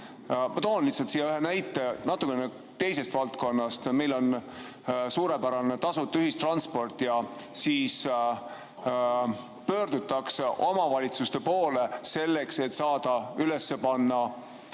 lihtsalt siia ühe näite natuke teisest valdkonnast. Meil on suurepärane tasuta ühistransport ja siis pöördutakse omavalitsuste poole selleks, et üles panna